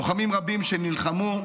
לוחמים רבים שנלחמו,